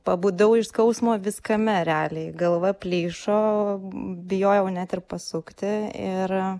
pabudau iš skausmo viskame realiai galva plyšo bijojau net ir pasukti ir